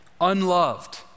unloved